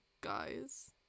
guys